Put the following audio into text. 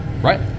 Right